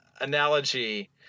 analogy